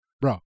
Bro